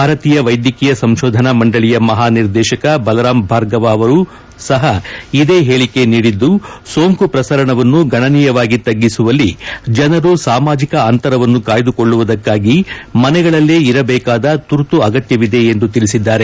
ಭಾರತೀಯ ವೈದ್ಯಕೀಯ ಸಂಶೋಧನಾ ಮಂಡಳಿಯ ಮಹಾನಿರ್ದೇಶಕ ಬಲರಾಂ ಭಾರ್ಗವ ಅವರೂ ಸಹ ಇದೇ ಹೇಳಿಕೆ ನೀಡಿದ್ಲು ಸೋಂಕು ಪ್ರಸರಣವನ್ನು ಗಣನೀಯವಾಗಿ ತಗ್ಗಿಸುವಲ್ಲಿ ಜನರು ಸಾಮಾಜಕ ಅಂತರವನ್ನು ಕಾಯ್ದಕೊಳ್ಳುವುದಕ್ಕಾಗಿ ಮನೆಗಳಲ್ಲೇ ಇರಬೇಕಾದ ತುರ್ತು ಅಗತ್ನವಿದೆ ಎಂದು ತಿಳಿಸಿದ್ದಾರೆ